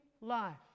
life